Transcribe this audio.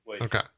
Okay